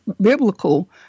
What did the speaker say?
biblical